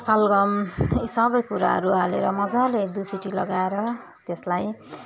सलगम यी सबै कुराहरू हालेर मजाले एक दई सिटी लगाएर त्यसलाई